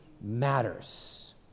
matters